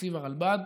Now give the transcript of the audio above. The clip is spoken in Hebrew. תקציב הרלב"ד,